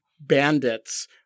bandits